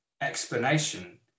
explanation